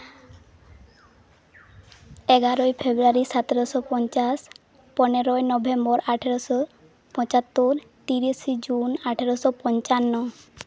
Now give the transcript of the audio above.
ᱮᱜᱟᱨᱚᱭ ᱯᱷᱮᱵᱽᱨᱩᱣᱟᱨᱤ ᱥᱚᱛᱮᱨᱚ ᱯᱚᱧᱪᱟᱥ ᱯᱚᱱᱮᱨᱚᱭ ᱱᱚᱵᱷᱮᱢᱵᱚᱨ ᱟᱴᱷᱮᱨᱚ ᱯᱚᱸᱪᱟᱛᱛᱳᱨ ᱛᱤᱨᱤᱥᱮ ᱡᱩᱱ ᱟᱴᱷᱮᱨᱚ ᱥᱚ ᱯᱚᱧᱪᱟᱱᱱᱚ